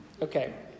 Okay